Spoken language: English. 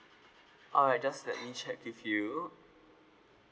alright just let me check with you